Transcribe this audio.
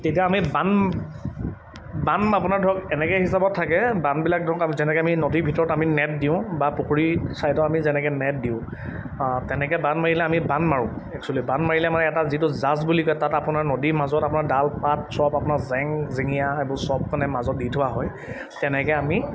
তেতিয়া আমি বান বান আপোনাৰ ধৰক এনেকে হিচাপত থাকে বানবিলাক ধৰক যেনেকে আমি নদীৰ ভিতৰত আমি নেট দিওঁ বা পুখুৰীৰ চাইডত আমি যেনেকে নেট দিওঁ তেনেকে বান মাৰিলে আমি বান মাৰোঁ এক্সোৱেলি বান মাৰিলে মানে এটা যিটো জাঁজ বুলি কয় তাত আপোনাৰ নদীৰ মাজত আপোনাৰ ডাল পাত চব আপোনাৰ জেং জেঙীয়া এইবোৰ চব মানে মাজত দি থোৱা হয় তেনেকে আমি